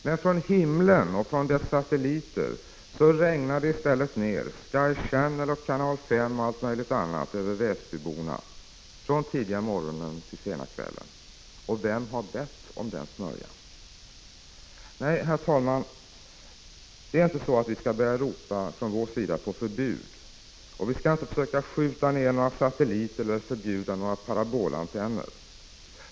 Men från himlen, från satelliter, regnade i stället Sky Channel och Kanal 5 och allt möjligt annat över väsbyborna från tidiga morgonen till sena kvällen. Vem har bett om den smörjan? Nej, herr talman, vi skall från vår sida inte börja ropa på förbud, och vi skall inte heller försöka skjuta ner några satelliter eller förbjuda några : parabolantenner.